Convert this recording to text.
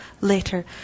later